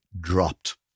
dropped